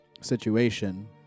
situation